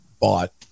bought